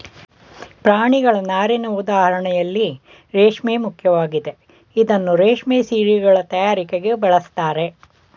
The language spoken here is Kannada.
ಪ್ರಾಣಿಗಳ ನಾರಿನ ಉದಾಹರಣೆಯಲ್ಲಿ ರೇಷ್ಮೆ ಮುಖ್ಯವಾಗಿದೆ ಇದನ್ನೂ ರೇಷ್ಮೆ ಸೀರೆಗಳ ತಯಾರಿಕೆಗೆ ಬಳಸ್ತಾರೆ